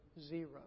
zero